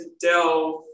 delve